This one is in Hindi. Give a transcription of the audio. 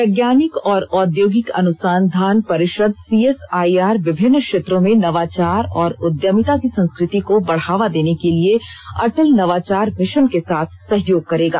वैज्ञानिक और औद्योगिक अनुसंधान परिषद् सीएसआईआर विभिन्न क्षेत्रों में नवाचार और उद्यमिता की संस्कृति को बढ़ावा देने के लिये अटल नवाचार मिशन के साथ सहयोग करेगा